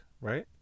right